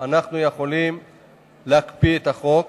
אנחנו יכולים להקפיא את החוק.